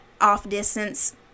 off-distance